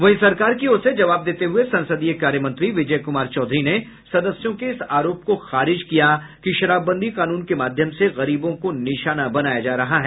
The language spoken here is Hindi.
वहीं सरकार की ओर से जवाब देते हुए संसदीय कार्य मंत्री विजय कुमार चौधरी ने सदस्यों के इस आरोप को खारिज किया कि शराबबंदी कानून के माध्यम से गरीबों को निशाना बनाया जा रहा है